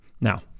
Now